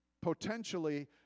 potentially